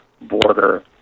border